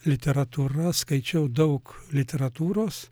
literatūra skaičiau daug literatūros